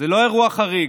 זה לא אירוע חריג,